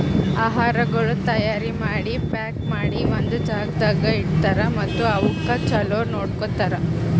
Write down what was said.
ಆಹಾರಗೊಳ್ ತೈಯಾರ್ ಮಾಡಿ, ಪ್ಯಾಕ್ ಮಾಡಿ ಒಂದ್ ಜಾಗದಾಗ್ ಇಡ್ತಾರ್ ಮತ್ತ ಅವುಕ್ ಚಲೋ ನೋಡ್ಕೋತಾರ್